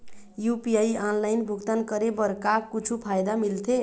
UPI online भुगतान करे बर का कुछू फायदा मिलथे?